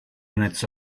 minutes